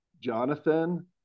Jonathan